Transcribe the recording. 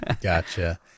Gotcha